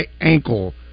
ankle